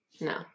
No